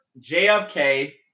JFK